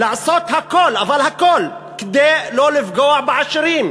לעשות הכול, אבל הכול, כדי לא לפגוע בעשירים,